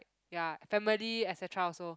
ya family et cetera also